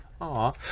Aw